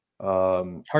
hard